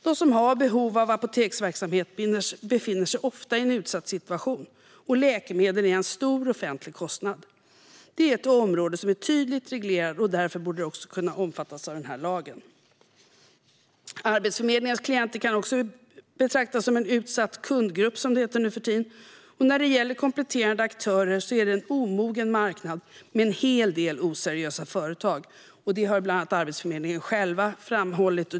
De som har behov av apoteksverksamhet befinner sig ofta i en utsatt situation, och läkemedel är en stor offentlig kostnad. Det är ett område som är tydligt reglerat och därför borde kunna omfattas av denna lag. Arbetsförmedlingens klienter kan betraktas som en utsatt kundgrupp, som det heter nu för tiden, och när det gäller kompletterande aktörer är det en omogen marknad med en hel del oseriösa företag; det har bland annat Arbetsförmedlingen själv framhållit.